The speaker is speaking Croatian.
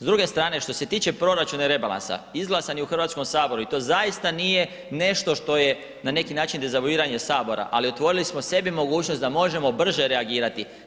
S druge strane, što se tiče proračuna i rebalansa, izglasan je u Hrvatskom saboru, i to zaista nije nešto što je na neki način dezavuiranje Sabora, ali otvorili smo sebi mogućnost da možemo brže reagirati.